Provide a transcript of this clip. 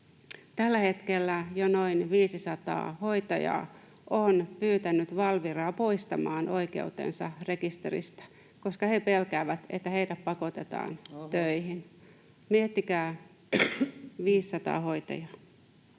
Tällä hetkellä jo noin 500 hoitajaa on pyytänyt Valviraa poistamaan oikeutensa rekisteristä, koska he pelkäävät, että heidät pakotetaan töihin. Miettikää, 500 hoitajaa.